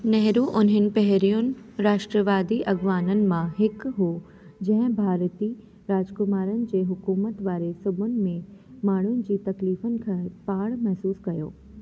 नेहरू उन्हनि पहिरियनि राष्ट्रवादी अगुवाननि मां हिकु हो जंहिं भारती राजकुमारनि जे हुक़ुमत वारे सूबनि में माण्हुनि जी तकलीफ़ुनि खे पाणु महसूसु कयो